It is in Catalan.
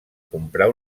comprar